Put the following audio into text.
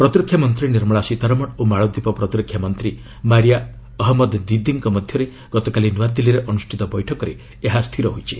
ପ୍ରତିରକ୍ଷାମନ୍ତ୍ରୀ ନିର୍ମଳା ସୀତାରମଣ ଓ ମାଳଦୀପ ପ୍ରତିରକ୍ଷା ମନ୍ତ୍ରୀ ମାରିୟା ଅହନ୍ମଦ ଦିଦିଙ୍କ ମଧ୍ୟରେ ଗତକାଲି ନୂଆଦିଲ୍ଲୀରେ ଅନୁଷ୍ଠିତ ବୈଠକରେ ଏହା ସ୍ଥିର ହୋଇଛି